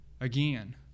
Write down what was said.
Again